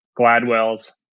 Gladwell's